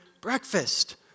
breakfast